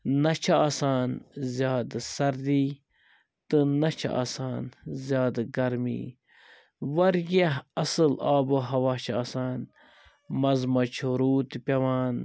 نہ چھِ آسان زیادٕ سردی تہٕ نہ چھِ آسان زیادٕ گرمی واریاہ اَصٕل آب و ہوا چھِ آسان مَنٛزٕ مَنٛزٕ چھِ روٗد تہِ پٮ۪وان